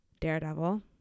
Daredevil